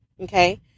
okay